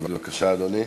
בבקשה, אדוני.